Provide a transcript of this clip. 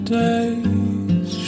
days